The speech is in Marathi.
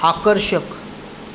आकर्षक